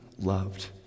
loved